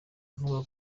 avuga